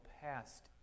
past